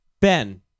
Ben